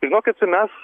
žinokit mes